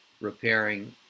repairing